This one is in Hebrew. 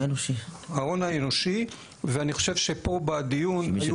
ההון האנושי ואני חושב שפה בדיון היו כמה פספוסים.